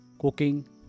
cooking